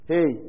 Hey